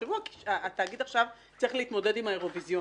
התאגיד עכשיו צריך להתמודד עם האירוויזיון,